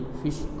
fish